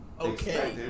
Okay